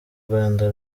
rwanda